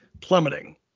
plummeting